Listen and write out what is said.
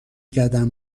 کردن